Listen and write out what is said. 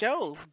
shows